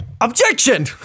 Objection